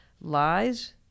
lies